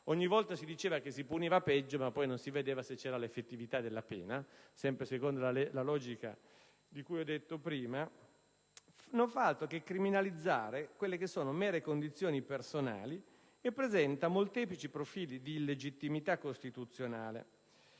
ogni volta si diceva che si puniva di più, ma poi non si vedeva se c'era l'effettività della pena, sempre secondo la logica di cui ho detto prima), non fa altro che criminalizzare quelle che sono mere condizioni personali e presenta molteplici profili di illegittimità costituzionale.